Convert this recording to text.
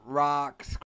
rocks